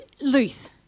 loose